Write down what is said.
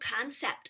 concept